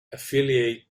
affiliate